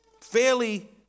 fairly